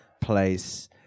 place